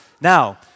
Now